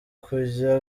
kujya